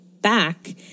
back